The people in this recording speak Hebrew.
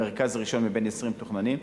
מרכז ראשון מבין 20 מתוכננים.